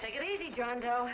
take it easy john doe